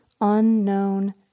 unknown